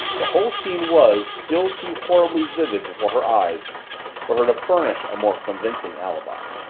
the whole scene was, still too horribly vivid before her eyes for her to furnish a more convincing alibi.